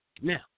Now